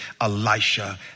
Elisha